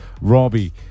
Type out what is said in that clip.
Robbie